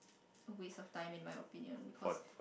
waste of time in my opinion because